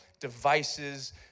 devices